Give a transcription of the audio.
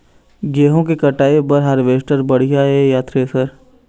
गेहूं के कटाई बर हारवेस्टर बढ़िया ये या थ्रेसर?